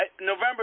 November